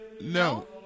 No